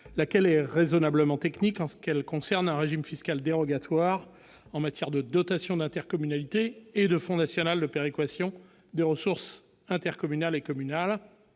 ; elle est raisonnablement technique, puisqu'elle concerne un régime fiscal dérogatoire en matière de dotation d'intercommunalité et de Fonds national de péréquation des ressources intercommunales et communales,